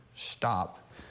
stop